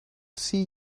see